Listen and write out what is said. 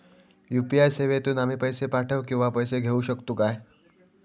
UPI सेवेतून आम्ही पैसे पाठव किंवा पैसे घेऊ शकतू काय?